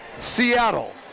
Seattle